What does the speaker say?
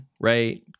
right